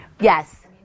Yes